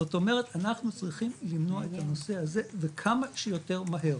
זאת אומרת אנחנו צריכים למנוע את הנושא הזה וכמה שיותר מהר.